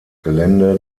gelände